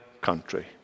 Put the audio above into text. country